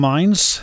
Minds